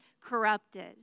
corrupted